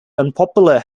unpopular